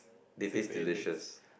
they taste delicious